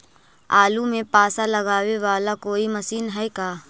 आलू मे पासा लगाबे बाला कोइ मशीन है का?